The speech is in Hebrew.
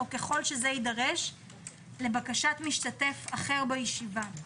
או ככל שזה יידרש לבקשת משתתף אחר בישיבה,